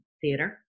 theater